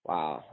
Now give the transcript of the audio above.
Wow